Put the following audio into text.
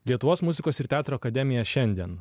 lietuvos muzikos ir teatro akademija šiandien